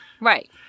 Right